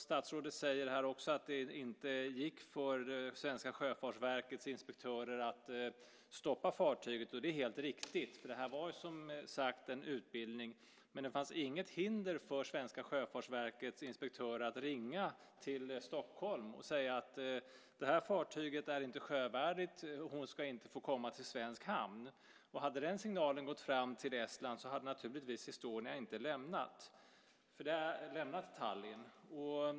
Statsrådet säger också här att det för svenska Sjöfartsverkets inspektörer inte gick att stoppa fartyget. Det är helt riktigt, för det här var, som sagt, en utbildning. Men det fanns inget hinder för svenska Sjöfartsverkets inspektörer att ringa till Stockholm och säga att fartyget inte var sjövärdigt och inte skulle få komma till svensk hamn. Hade den signalen gått fram till Estland hade Estonia naturligtvis inte lämnat Tallinn.